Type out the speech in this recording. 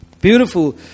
Beautiful